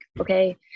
okay